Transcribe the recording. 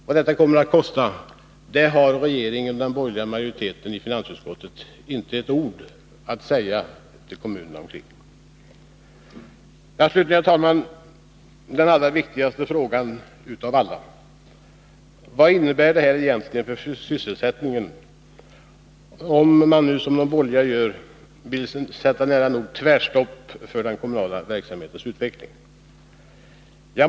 Vad detta kommer att kosta har regeringen och den borgerliga majoriteten i finansutskottet inte ett ord att säga om. Slutligen, herr talman, den allra viktigaste frågan av alla: Vad innebär det T egentligen för sysselsättningen om man, som de borgerliga nu gör, sätter nära nog tvärstopp för den kommunala verksamhetens utveckling?